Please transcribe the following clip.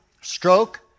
stroke